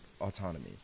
autonomy